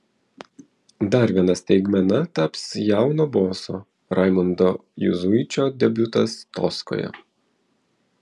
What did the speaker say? dar viena staigmena taps jauno boso raimundo juzuičio debiutas toskoje